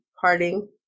parting